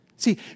See